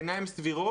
בעיניי הן סבירות.